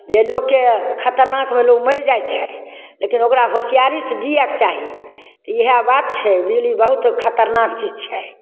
जे लोकके खतरनाकमे लोक मरि जाइ छै लेकिन ओकरा होशियारीसँ जियैके चाही इएह बात छै बिजली बहुत खतरनाक चीज छै